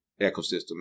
ecosystem